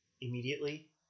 immediately